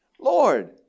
Lord